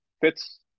fits